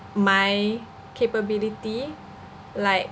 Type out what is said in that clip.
my capability like